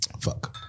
Fuck